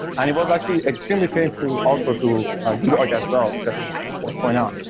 and it was actually extremely painful also to debug as well, because what's going on.